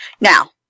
Now